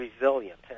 resilient